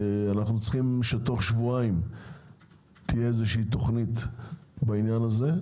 אנחנו צריכים שתוך שבועיים תהיה איזושהי תכנית בעניין הזה.